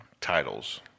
titles